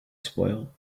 spoil